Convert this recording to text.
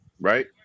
Right